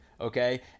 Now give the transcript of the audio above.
Okay